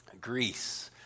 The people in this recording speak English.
Greece